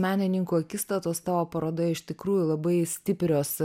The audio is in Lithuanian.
menininkų akistatos tavo parodoje iš tikrųjų labai stiprios